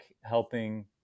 helping